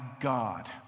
God